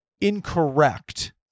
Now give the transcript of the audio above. incorrect